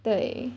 对